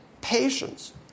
patience